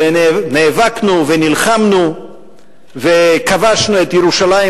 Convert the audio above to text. ונאבקנו ונלחמנו וכבשנו את ירושלים,